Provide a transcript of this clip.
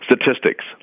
statistics